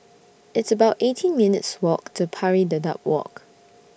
It's about eighteen minutes' Walk to Pari Dedap Walk